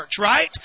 right